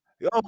Yo